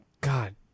God